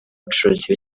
ubucuruzi